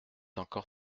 encore